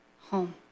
home